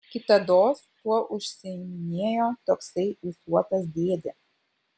kitados tuo užsiiminėjo toksai ūsuotas dėdė